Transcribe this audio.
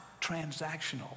transactional